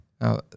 Now